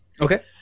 Okay